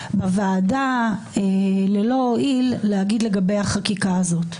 בוועדה, ללא הועיל, להגיד לגבי החקיקה הזאת.